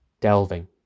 Delving